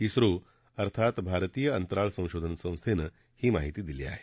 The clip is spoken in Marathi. ध्रो अर्थात भारतीय अंतराळ संशोधन संस्थेनं ही माहिती दिली आहे